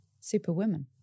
Superwoman